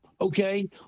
okay